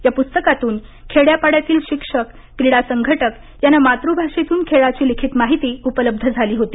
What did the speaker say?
या पुस्तकातून खेड्यापाड्यातील शिक्षक क्रीडा संघटक यांना मातृभाषेतून खेळाची लिखित माहिती उपलब्ध झाली होती